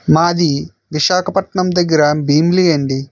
మాది విశాఖపట్నం దగ్గర భీమిలీ అండి